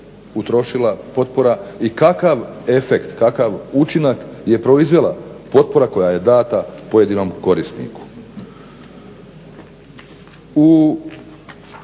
utrošila potpora i kakav efekt, kakav učinak je proizvela potpora koja je dana pojedinom korisniku.